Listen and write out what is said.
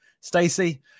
Stacey